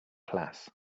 class